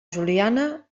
juliana